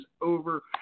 over